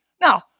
Now